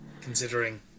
Considering